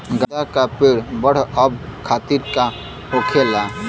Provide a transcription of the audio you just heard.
गेंदा का पेड़ बढ़अब खातिर का होखेला?